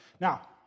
now